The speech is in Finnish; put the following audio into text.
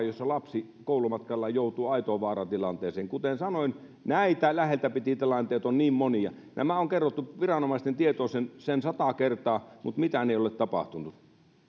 jossa lapsi koulumatkallaan joutuu aitoon vaaratilanteeseen kuten sanoin näitä läheltä piti tilanteita on niin monia nämä on kerrottu viranomaisten tietoon sen sen sata kertaa mutta mitään ei ole tapahtunut